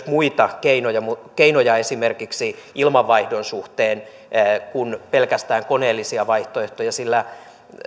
muita keinoja esimerkiksi ilmanvaihdon suhteen kuin pelkästään koneellisia vaihtoehtoja sillä